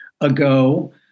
ago